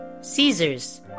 Caesar's